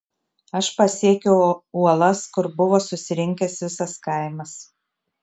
aš pasiekiau uolas kur buvo susirinkęs visas kaimas